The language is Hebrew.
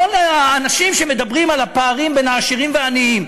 כל האנשים שמדברים על הפערים בין העשירים והעניים,